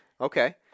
Okay